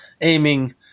aiming